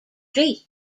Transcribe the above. paris